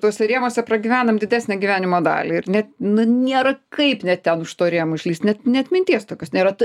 tuose rėmuose pragyvenam didesnę gyvenimo dalį ir net nu nėra kaip net ten už to rėmo išlįst net net minties tokios nėra t